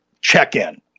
check-in